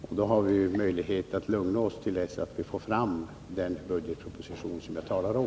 Därför kan vi lugna oss tills vi får fram den budgetproposition som jag talat om.